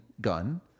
gun